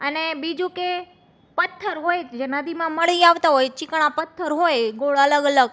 અને બીજું કે પથ્થર હોય જે નદીમાં મળી આવતા હોય ચીકણા પથ્થર હોય ગોળ અલગ અલગ